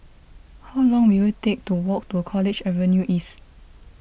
how long will it take to walk to College Avenue East